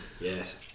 Yes